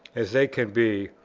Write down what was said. as they can be,